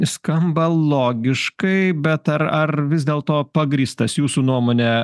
skamba logiškai bet ar ar vis dėlto pagrįstas jūsų nuomone